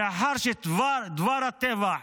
לאחר שדבר הטבח